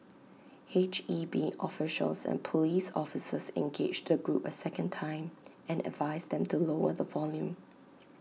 H E B officials and Police officers engaged the group A second time and advised them to lower the volume